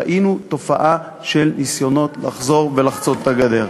ראינו תופעה של ניסיונות לחזור ולחצות את הגדר.